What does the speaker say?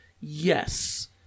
yes